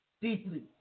deeply